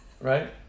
Right